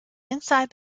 inside